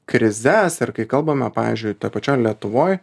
krizes ir kai kalbame pavyzdžiui pačioj lietuvoj